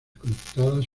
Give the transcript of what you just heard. conectadas